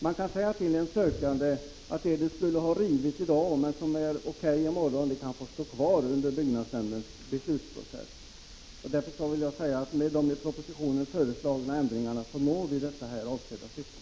Man kan säga till en sökande att det som bort rivas i dag men som är O.K. i morgon kan få stå kvar under byggnadsnämndens beslutsprocess. Med de i propositionen föreslagna ändringarna uppnår vi det avsedda syftet.